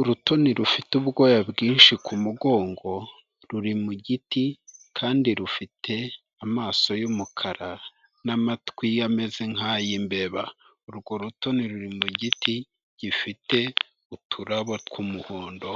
Urutoni rufite ubwoya bwinshi ku mugongo ruri mu giti, kandi rufite amaso y'umukara n'amatwi ameze nk'ay'imbeba, urwo rutoni ruri mu giti, gifite uturabo tw'umuhondo,